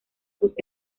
sus